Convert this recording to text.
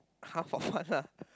half of what lah